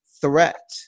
threat